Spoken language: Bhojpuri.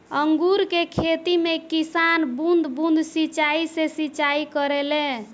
अंगूर के खेती में किसान बूंद बूंद सिंचाई से सिंचाई करेले